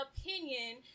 opinion